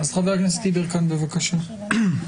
חבר הכנסת יברקן, בבקשה.